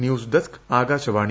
news desk Akashvani